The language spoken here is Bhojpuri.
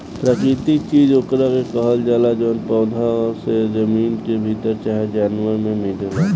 प्राकृतिक चीज ओकरा के कहल जाला जवन पौधा से, जमीन के भीतर चाहे जानवर मे मिलेला